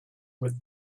with